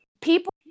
People